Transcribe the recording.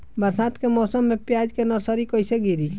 बरसात के मौसम में प्याज के नर्सरी कैसे गिरी?